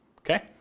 Okay